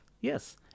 yes